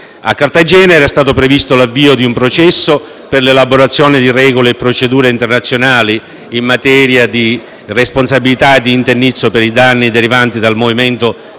A Cartagena era stato previsto l'avvio di un processo per l'elaborazione di regole e procedure internazionali in materia di responsabilità e di indennizzo per i danni derivanti dal movimento transfrontaliero